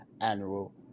annual